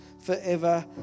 forever